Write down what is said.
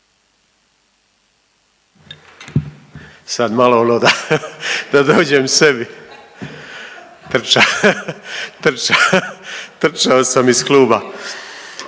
Sad malo ono da dođem sebi. Trčao sam iz kluba.